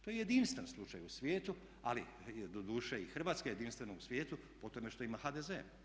To je jedinstven slučaj u svijetu ali doduše i Hrvatska je jedinstvena u svijetu po tome što ima HDZ.